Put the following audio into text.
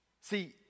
See